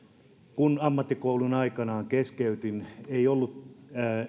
kun ammattikoulun aikanaan keskeytin ei ollut